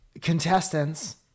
contestants